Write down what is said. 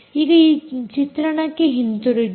ಈಗ ಈ ಚಿತ್ರಣಕ್ಕೆ ಹಿಂದಿರುಗಿ